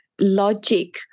logic